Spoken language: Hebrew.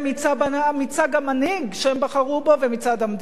מצד המנהיג שהם בחרו בו ומצד המדינה.